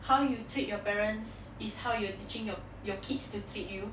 how you treat your parents is how you're teaching your your kids to treat you